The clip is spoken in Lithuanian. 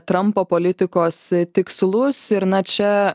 trampo politikos tikslus ir na čia